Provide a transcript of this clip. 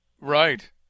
Right